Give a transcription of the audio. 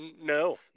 no